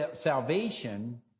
salvation